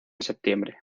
septiembre